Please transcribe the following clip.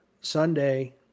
Sunday